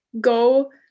go